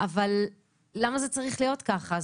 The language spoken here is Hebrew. אבל למה זה צריך להיות ככה?